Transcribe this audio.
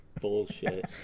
bullshit